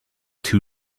two